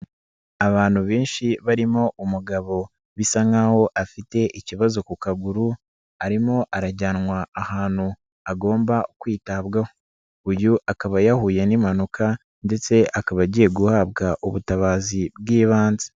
Abantu benshi barimo umugabo bisa nkaho afite ikibazo ku kaguru, arimo arajyanwa ahantu agomba kwitabwaho, uyu akaba yahuye n'impanuka ndetse akaba agiye guhabwa ubutabazi bw'ibanze.